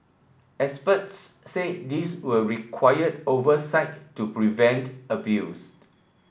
experts say this will require oversight to prevent abused